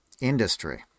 industry